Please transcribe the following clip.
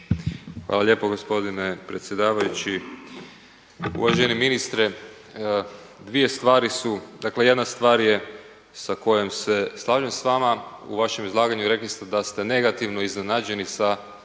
Hvala lijepo gospodine predsjedavajući. Uvaženi ministre dvije stvari su, dakle jedna stvar sa kojom se slažem s vama u vašem izlaganju i rekli ste da ste negativno iznenađeni sa